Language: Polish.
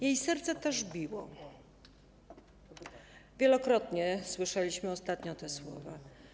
Jej serce też biło - wielokrotnie słyszeliśmy ostatnio te słowa.